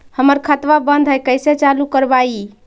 हमर खतवा बंद है कैसे चालु करवाई?